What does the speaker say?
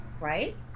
right